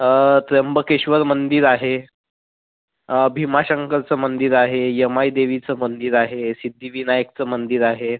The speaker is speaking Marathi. त्र्यंबकेश्वर मंदिर आहे भीमाशंकरचं मंदिर आहे यमाई देवीचं मंदिर आहे सिद्धिविनायकचं मंदिर आहे